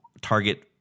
target